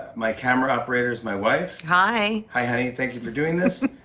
my camera operator is my wife. hi. hi, honey. thank you for doing this.